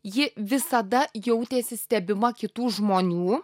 ji visada jautėsi stebima kitų žmonių